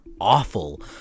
awful